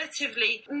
relatively